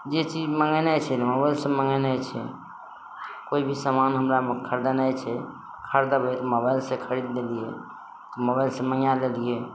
जे चीज मङ्गेनाइ छै तऽ मोबाइलसँ मङ्गेनाइ छै कोइ भी समान हमरामे खरिदनाइ छै खरदबै मोबाइल से खरीद लेलियै मोबाइल से मङ्गाए लेलियै